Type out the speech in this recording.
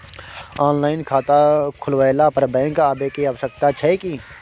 Online खाता खुलवैला पर बैंक आबै के आवश्यकता छै की?